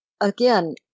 Again